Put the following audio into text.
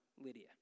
Lydia